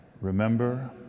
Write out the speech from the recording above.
Remember